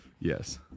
Yes